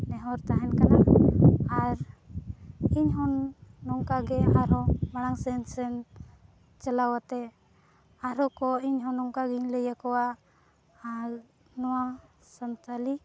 ᱱᱮᱦᱚᱨ ᱛᱟᱦᱮᱱ ᱠᱟᱱᱟ ᱟᱨ ᱤᱧᱦᱚᱸ ᱱᱚᱝᱠᱟᱜᱮ ᱟᱨᱦᱚᱸ ᱢᱟᱲᱟᱝ ᱥᱮᱫ ᱥᱮᱱ ᱪᱟᱞᱟᱣ ᱠᱟᱛᱮᱫ ᱟᱨᱦᱚᱸ ᱠᱚ ᱤᱧᱦᱚᱸ ᱱᱚᱝᱠᱟᱜᱮᱧ ᱞᱟᱹᱭᱟ ᱠᱚᱣᱟ ᱱᱚᱣᱟ ᱥᱟᱱᱛᱟᱞᱤ